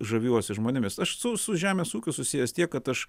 žaviuosi žmonėmis aš su su žemės ūkiu susijęs tiek kad aš